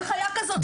אין חיה כזאת,